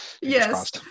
yes